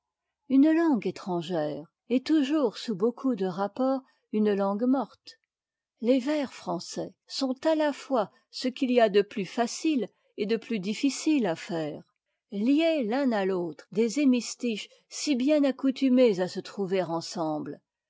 une langue étrangère est toujours sous beaucoup de rapports une langue morte les vers français sont à la fois ce qu'il y a de plus facile et de plus difficile à faire lier l'un à l'autre des hémistiches si bien accoutumés à se trouver ensemble